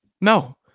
No